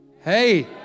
Hey